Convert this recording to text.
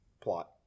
plot